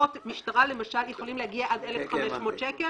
דוחות משטרה למשל יכולים להגיע עד 1,500 שקל